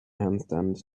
handstand